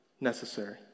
necessary